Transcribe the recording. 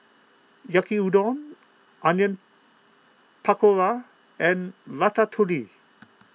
Yaki Udon Onion Pakora and Ratatouille